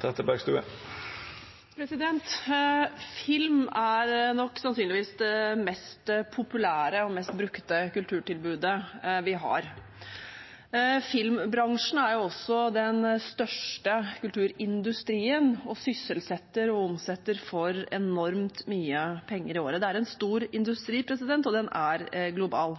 3 minutt. Film er sannsynligvis det mest populære og mest brukte kulturtilbudet vi har. Filmbransjen er også den største kulturindustrien og sysselsetter og omsetter for enormt mye penger i året. Det er en stor industri, og den er global.